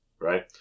Right